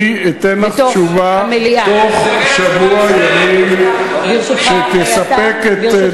אני אתן לך בתוך שבוע ימים תשובה שתספק את דעתך.